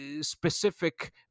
specific